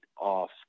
off